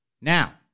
Now